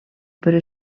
però